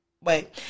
wait